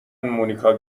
مونیکا